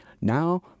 now